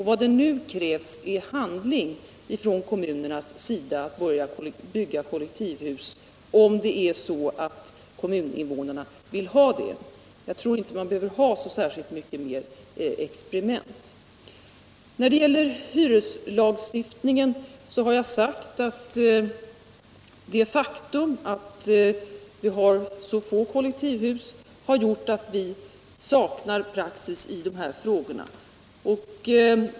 Vad som nu krävs är handling från kommunernas sida i fråga om att bygga kollektivhus, om det är så att kommuninvånarna vill ha dem. Jag tror inte att man behöver ha så särskilt mycket mer experiment. Beträffande hyreslagstiftningen har jag sagt att det faktum att vi har så få kollektivhus har gjort att vi saknar praxis i dessa frågor.